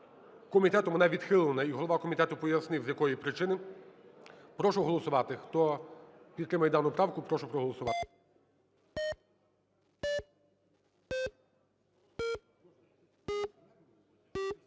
Комітетом вона відхилена, і голова комітету пояснив з якої причини. Прошу голосувати, хто підтримує дану правку, прошу голосувати.